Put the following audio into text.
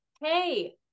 hey